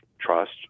trust